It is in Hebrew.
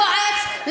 היועץ,